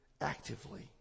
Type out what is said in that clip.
actively